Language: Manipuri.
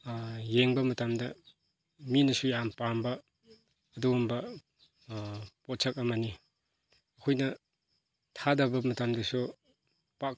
ꯌꯦꯡꯕ ꯃꯇꯝꯗ ꯃꯤꯅꯁꯨ ꯌꯥꯝ ꯄꯥꯝꯕ ꯑꯗꯨꯒꯨꯝꯕ ꯄꯣꯠꯁꯛ ꯑꯃꯅꯤ ꯑꯩꯈꯣꯏꯗ ꯊꯥꯗꯕ ꯃꯇꯝꯗꯁꯨ ꯄꯥꯛ